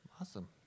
Awesome